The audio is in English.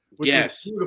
Yes